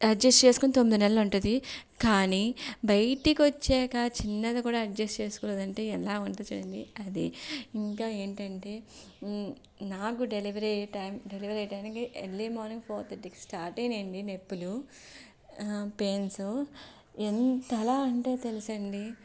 adjust చేసుకుని తొమ్మిది నెలలు ఉంటుంది కానీ బయిటికి వచ్చాక చిన్నది కూడా అడ్జస్ట్ చేసుకోలేదు అంటే ఎలా ఉంటుందో చూడండి అది ఇంకా ఏంటంటే నాకు డెలివరీ అయ్యే టైంకి డెలివరీ అయ్యే టైంకి ఎర్లీ మార్నింగ్ ఫోర్ థర్టీకి స్టార్ట్ అయ్యాయి అండి నొప్పులు పెయిన్సు ఎంతలా అంటే తెలుసా అండి